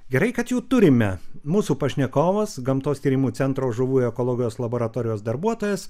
gerai kad jų turime mūsų pašnekovas gamtos tyrimų centro žuvų ekologijos laboratorijos darbuotojas